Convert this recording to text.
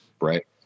right